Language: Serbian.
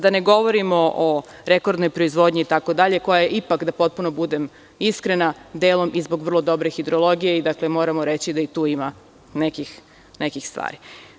Da ne govorim o rekordnoj proizvodnji itd, koja je ipak, da potpuno budem iskrena, delom i zbog dobre hidrologije i moramo reći da i tu ima nekih stvari.